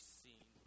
seen